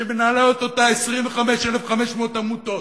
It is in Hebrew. שמנהלות אותה 25,500 עמותות,